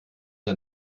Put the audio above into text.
ein